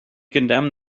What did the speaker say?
condemned